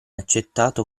accettato